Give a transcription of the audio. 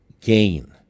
gain